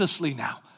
now